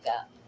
up